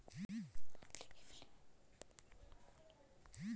check को हर एक बैंक में धन की अदायगी के लिये इस्तेमाल किया जाता है